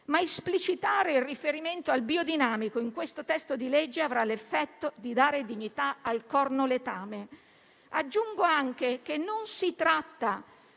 ma esplicitare il riferimento al biodinamico in questo testo di legge avrà l'effetto di dare dignità al cornoletame. Aggiungo anche che si tratta